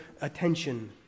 attention